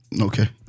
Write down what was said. Okay